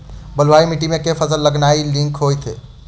बलुआही माटि मे केँ फसल लगेनाइ नीक होइत?